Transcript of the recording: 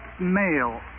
male